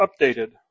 updated